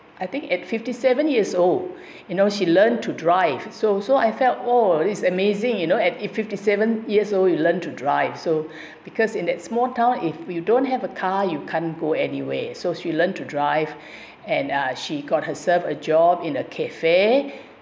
I think at fifty seven years old you know she learned to drive so so I felt oh this amazing you know at a fifty seven years old you learn to drive so because in that small town if you don't have a car you can't go anyway so she learned to drive and she uh got herself a job in a cafe